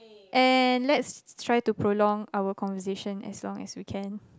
and let's try to prolong our conversation as long as we can